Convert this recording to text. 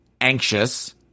anxious